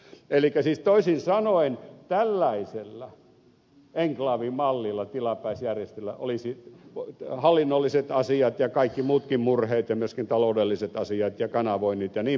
elikkä siis toisin sanoen tällaisella enklaavimallilla tilapäisjärjestelyllä olisi hoidettu hallinnolliset asiat ja kaikki muutkin murheet ja myöskin taloudelliset asiat ja kanavoinnit jnp